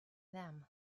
them